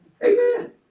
Amen